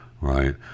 Right